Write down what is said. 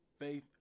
Faith